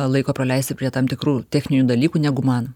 laiko praleisti prie tam tikrų techninių dalykų negu man